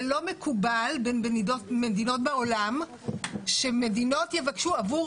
זה לא מקובל בין מדינות בעולם שמדינות יבקשו עבור